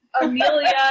Amelia